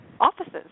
offices